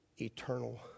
eternal